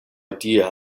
idea